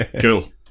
Cool